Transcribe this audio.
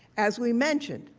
as we mentioned,